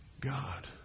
God